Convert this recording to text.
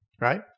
right